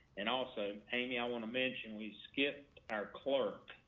and also pay me i want to mention we skipped our clerk.